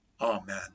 Amen